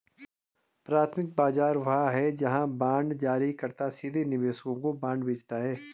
प्राथमिक बाजार वह है जहां बांड जारीकर्ता सीधे निवेशकों को बांड बेचता है